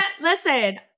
listen